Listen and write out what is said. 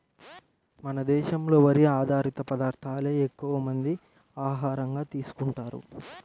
మన దేశంలో వరి ఆధారిత పదార్దాలే ఎక్కువమంది ఆహారంగా తీసుకుంటన్నారు